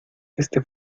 este